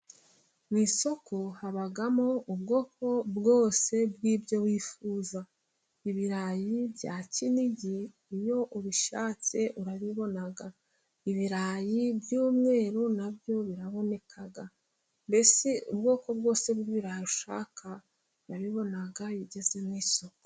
Mu isoko habamo ubwoko bwose bw'ibyo wifuza. Ibirayi bya kinigi iyo ubishatse urabibona. Ibirayi by'umweru na byo biraboneka, mbese ubwoko bwose bw'ibirayi ushaka urabibona iyo ugeze mu isoko.